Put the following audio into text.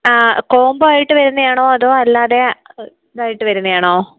ആ കോമ്പോ ആയിട്ട് വരുന്നത് ആണോ അതോ അല്ലാതെ ഇതായിട്ട് വരുന്നത് ആണോ